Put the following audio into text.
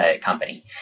company